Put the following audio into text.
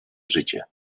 życie